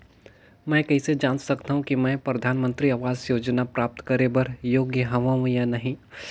मैं कइसे जांच सकथव कि मैं परधानमंतरी आवास योजना प्राप्त करे बर योग्य हववं या नहीं?